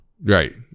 Right